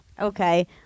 Okay